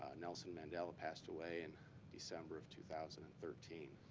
ah nelson mandela passed away in december of two thousand and thirteen.